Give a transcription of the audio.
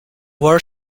war